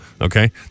Okay